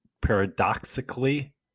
paradoxically